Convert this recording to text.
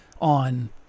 on